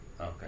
Okay